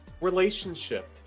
relationship